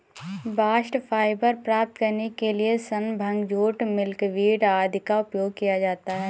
bast fibre प्राप्त करने के लिए सन, भांग, जूट, मिल्कवीड आदि का उपयोग किया जाता है